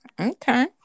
Okay